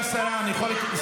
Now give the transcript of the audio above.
כן,